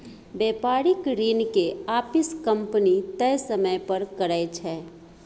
बेपारिक ऋण के आपिस कंपनी तय समय पर करै छै